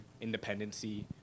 independency